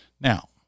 Now